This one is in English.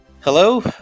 Hello